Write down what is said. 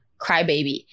crybaby